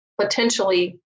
potentially